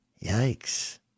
yikes